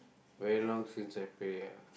very long since I pray ah